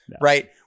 right